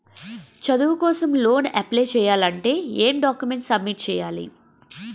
చదువు కోసం loan apply చేయాలి అంటే ఎం డాక్యుమెంట్స్ సబ్మిట్ చేయాలి?